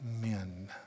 men